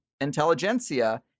intelligentsia